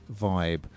vibe